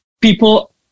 people